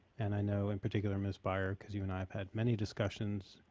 and i know, in particular ms. buyer, because you and i have had many discussions,